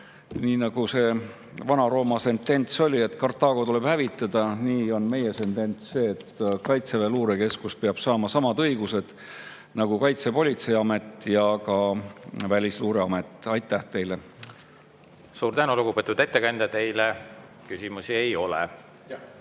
Nii nagu see Vana-Rooma sentents oli, et Kartaago tuleb hävitada, nii on meie sentents see, et Kaitseväe luurekeskus peab saama samad õigused nagu Kaitsepolitseiamet ja ka Välisluureamet. Aitäh teile! Suur tänu, lugupeetud ettekandja! Teile küsimusi ei ole.